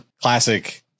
classic